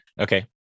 Okay